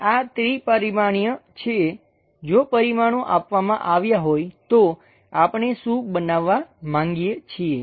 આ ત્રિ પરિમાણીય છે જો પરિમાણો આપવામાં આવ્યા હોય તો આપણે શું બનાવવાં માંગીએ છીએ